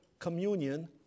Communion